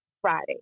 Friday